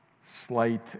slight